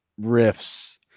riffs